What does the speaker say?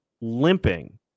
limping